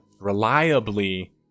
reliably